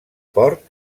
port